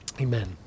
Amen